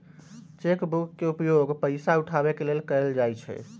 cheque book के उपयोग पइसा उठाबे के लेल कएल जाइ छइ